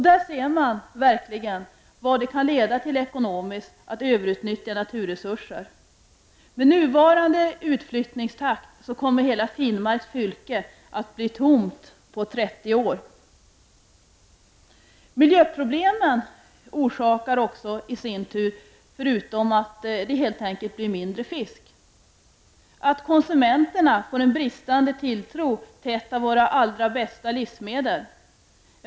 Där ser vi verkligen vad det kan leda till ekonomiskt att överutnyttja naturresurser. Med nuvarande utflyttningstakt kommer hela Finnmarks fylke att bli tomt på bara 30 år. Miljöproblemen orsakar i sin tur, förutom att det helt enkelt blir mindre fisk, att konsur-enterna får en bristande tilltro till ett av våra allra bästa livsmedel.